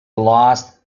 lost